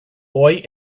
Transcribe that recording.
boy